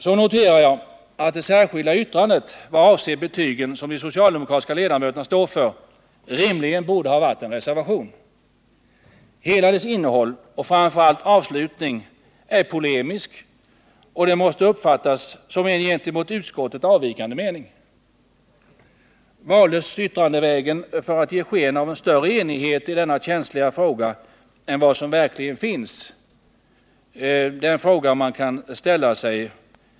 Så noterar jag att det särskilda yttrande vad avser betygen som de socialdemokratiska ledamöterna står för rimligen borde ha varit en reservation. Hela dess innehåll och framför allt avslutning är polemisk, och det måste uppfattas som en gentemot utskottet avvikande mening. Valdes yttrandevä 61 gen för att ge sken av en större enighet i denna känsliga fråga än vad som verkligen finns? Det är en fråga man kan ställa sig.